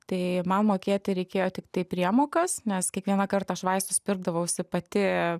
tai man mokėti reikėjo tiktai priemokas nes kiekvieną kartą aš vaistus pirkdavausi pati